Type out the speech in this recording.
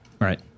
Right